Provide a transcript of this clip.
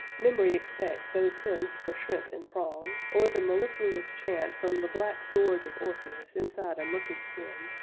memory expects those hymns for shrimp and prawn, or the mellifluous chaunt from the black gorge of orpheus inside a murky skin,